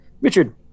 Richard